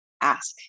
ask